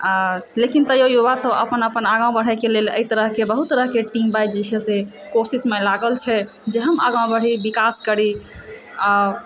आ लेकिन ताहिओ युवासभ अपन अपन आगाँ बढ़यके एहि तरह सभ बहुत तरहकेँ टीम वाइज जे छै से कोशिशमे लागल छै जे हम आगाँ बढ़ी विकास करी आ